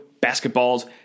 basketball's